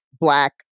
Black